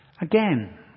Again